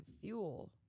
fuel